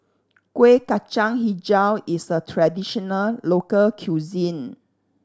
Kuih Kacang Hijau is a traditional local cuisine